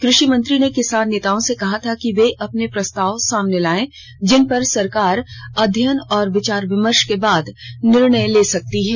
कृषि मंत्री ने किसान नेताओं से कहा था कि वे अपने प्रस्ताव सामने लायें जिन पर सरकार अध्ययन और विचार विमर्श के बाद निर्णय ले सकती है